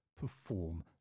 perform